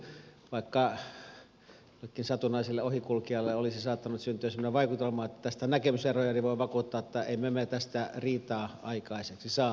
vaikka jollekin satunnaiselle ohikulkijalle olisi saattanut syntyä semmoinen vaikutelma että tästä on näkemyseroja niin voin vakuuttaa että emme me tästä riitaa aikaiseksi saa